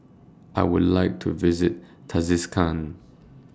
I Would like to visit Tajikistan